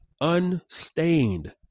unstained